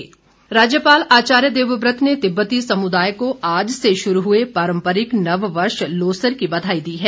बधाई राज्यपाल आचार्य देवव्रत ने तिब्बती समुदाय को आज से शुरू हुए पारम्परिक नववर्ष लोसर की बधाई दी है